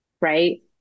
right